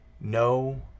No